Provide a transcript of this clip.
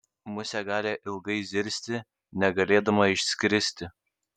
musė gali ilgai zirzti negalėdama išskristi